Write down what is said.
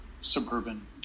suburban